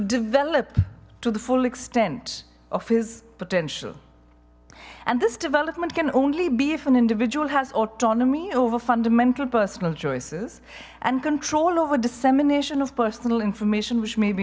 develop to the full extent of his potential and this development can only be if an individual has autonomy over fundamental personal choices and control over dissemination of personal information which may be